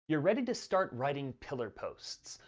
you're ready to start writing pillar posts,